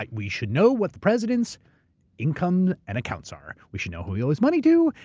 like we should know what the president's income and accounts are. we should know who he owes money to,